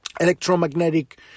electromagnetic